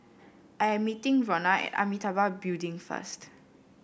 I am meeting Ronna at Amitabha Building first